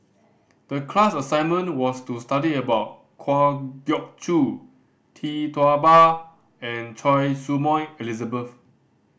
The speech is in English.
the class assignment was to study about Kwa Geok Choo Tee Tua Ba and Choy Su Moi Elizabeth